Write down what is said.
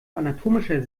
anatomischer